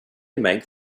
make